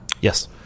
yes